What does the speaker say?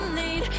need